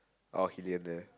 okay he didn't dare